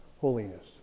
holiness